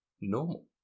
normal